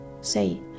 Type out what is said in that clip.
say